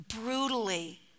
brutally